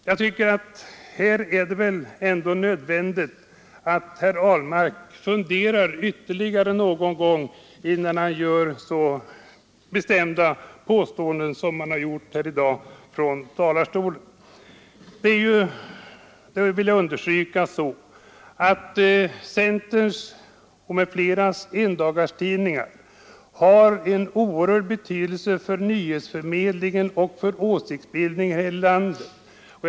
Jag tror det är nödvändigt att herr Ahlmark funderar ytterligare någon gång, innan han gör så bestämda påståenden som han har gjort i dag från talarstolen. Jag vill understryka att centerns m.fl. endagstidningar har en oerhörd betydelse för nyhetsförmedlingen och för åsiktsbildningen här i landet.